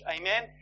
Amen